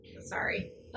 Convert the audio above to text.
sorry